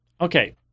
okay